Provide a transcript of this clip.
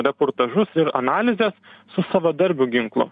reportažus ir analizės su savadarbiu ginklu